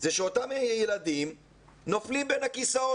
זה שאותם ילדים נופלים בין הכיסאות,